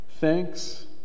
Thanks